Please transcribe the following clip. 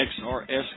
xrs